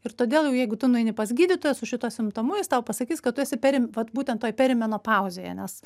ir todėl jau jeigu tu nueini pas gydytoją su šituo simptomu jis tau pasakys kad tu esi perim vat būtent toj perimenopauzėje nes